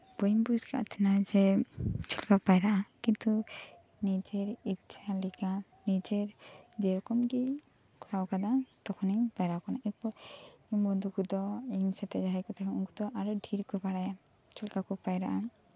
ᱵᱟᱹᱧ ᱵᱩᱡᱷ ᱟᱠᱟᱱ ᱛᱟᱦᱮᱱᱟ ᱡᱮ ᱪᱮᱫᱞᱮᱠᱟᱠᱩ ᱯᱟᱭᱨᱟᱜ ᱟ ᱠᱤᱱᱛᱩ ᱱᱤᱡᱮᱨ ᱤᱪᱷᱟ ᱞᱮᱠᱟ ᱱᱤᱡᱮᱨ ᱡᱮᱨᱚᱠᱚᱢᱜᱤ ᱠᱚᱨᱟᱣ ᱟᱠᱟᱫᱟ ᱛᱚᱠᱷᱚᱱᱤᱧ ᱯᱟᱭᱨᱟᱣ ᱟᱠᱟᱱᱟ ᱮᱨᱯᱚᱨ ᱵᱚᱱᱰᱷᱩᱠᱚᱫᱚ ᱤᱧᱥᱟᱛᱮᱜ ᱡᱟᱦᱟᱸᱭᱠᱩ ᱛᱟᱦᱮᱸ ᱠᱟᱱᱟ ᱩᱱᱠᱩᱫᱚ ᱟᱨᱚ ᱰᱷᱤᱨᱠᱩ ᱵᱟᱲᱟᱭᱟ ᱪᱮᱫᱞᱮᱠᱟᱠᱩ ᱯᱟᱭᱨᱟᱜᱼᱟ